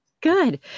Good